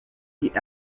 die